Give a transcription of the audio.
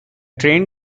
train